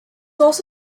also